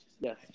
Yes